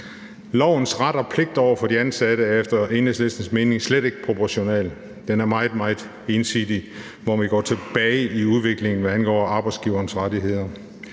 ret og pligt over for de ansatte er efter Enhedslistens mening slet ikke proportionalt. Den er meget, meget ensidig, hvor vi går tilbage i udviklingen, hvad angår arbejdsgiverens rettigheder.